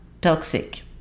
toxic